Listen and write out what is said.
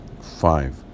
Five